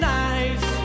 nice